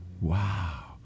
Wow